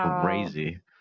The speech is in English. crazy